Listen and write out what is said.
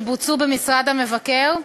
שבוצעו במשרד המבקר,